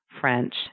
French